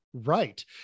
right